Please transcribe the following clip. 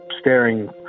staring